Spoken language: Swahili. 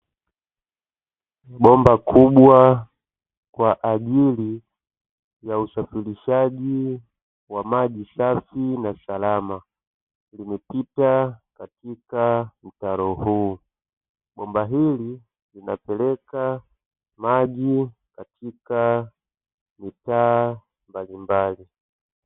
Bomba kubwa, kwa ajili ya usafirishaji wa maji safi na salama limepita katika mtaro huu, bomba hili linapeleka maji katika mitaa mbalimbali.